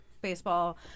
baseball